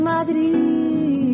Madrid